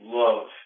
love